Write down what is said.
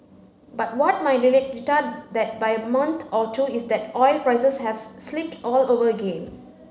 but what might retard that by a month or two is that oil prices have slipped all over again